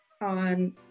on